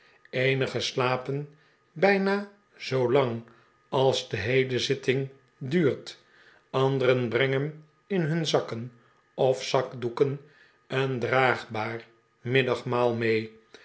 eenigen slapen bijna zoolang als de geheele zitting duurt anderen brengen in hun zakken of zakdoeken een draagbaar middagmaal mee